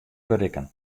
berikken